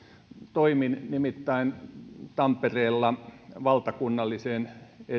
toimin nimittäin tampereella valtakunnallisen